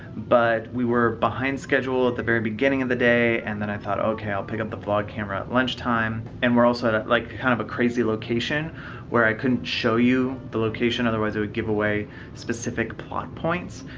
but we were behind schedule at the very beginning of the day and then i though, okay i'll pick up the vlog camera at lunch time. and we're also at at like kind of a crazy location where i couldn't show you the location otherwise it would give away specific plot points.